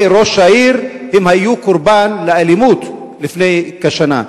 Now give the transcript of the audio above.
ראש העיר היו קורבן לאלימות לפני כשנה.